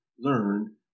Learn